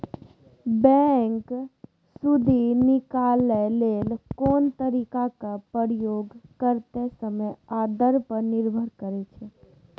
bank सुदि निकालय लेल कोन तरीकाक प्रयोग करतै समय आ दर पर निर्भर करै छै